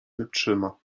wytrzyma